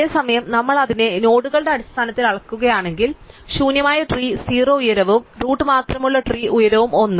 അതേസമയം നമ്മൾ അതിനെ നോഡുകളുടെ അടിസ്ഥാനത്തിൽ അളക്കുകയാണെങ്കിൽ ശൂന്യമായ ട്രീ 0 ഉയരവും റൂട്ട് മാത്രമുള്ള ട്രീ ഉയരവും 1